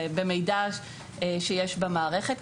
במידע שיש במערכת.